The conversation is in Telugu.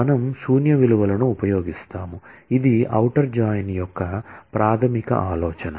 మనము శూన్య విలువలను ఉపయోగిస్తాము ఇది ఔటర్ జాయిన్ యొక్క ప్రాథమిక ఆలోచన